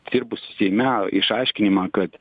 dirbusių seime išaiškinimą kad